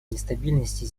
нестабильности